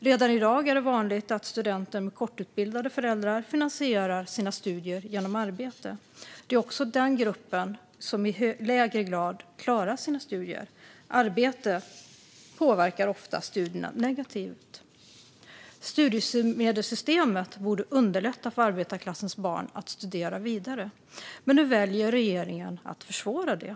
Redan i dag är det vanligt att studenter med kortutbildade föräldrar finansierar sina studier genom arbete. Det är också den gruppen som i lägre grad klarar sina studier. Arbete påverkar ofta studierna negativt. Studiemedelssystemet borde underlätta för arbetarklassens barn att studera vidare, men nu väljer regeringen att försvåra detta.